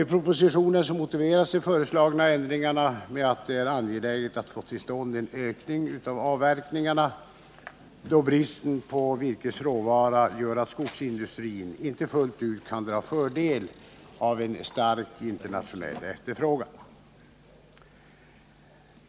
I propositionen motiveras de föreslagna ändringarna med att det är angeläget att få till stånd en ökning av avverkningarna, då bristen på virkesråvara gör att skogsindustrin inte fullt ut kan dra fördel av en stark internationell efterfrågan.